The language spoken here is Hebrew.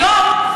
היום,